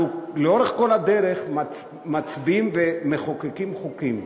אנחנו לאורך כל הדרך מצביעים ומחוקקים חוקים,